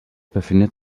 befindet